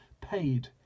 paid